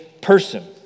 person